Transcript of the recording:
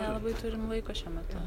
nelabai turim laiko šiuo metu